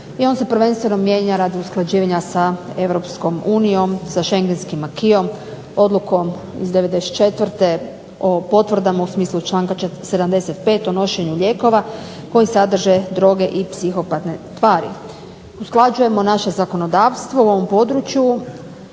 i on se prvenstveno mijenja radi usklađivanja sa EU, sa schengenskim acquisom, odlukom iz '94. o potvrdama u smislu članka 75. o nošenju lijekova koji sadrže droge i psihopatne tvari. Usklađujemo naše zakonodavstvo u ovom području